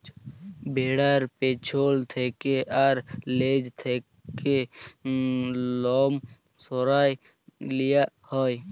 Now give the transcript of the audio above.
ভ্যাড়ার পেছল থ্যাকে আর লেজ থ্যাকে লম সরাঁয় লিয়া হ্যয়